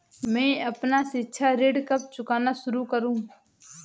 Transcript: मैं अपना शिक्षा ऋण कब चुकाना शुरू करूँ?